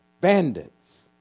bandits